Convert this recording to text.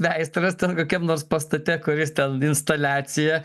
meistras ten kokiam nors pastate kuris ten instaliaciją